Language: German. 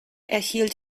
erhielt